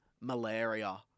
Malaria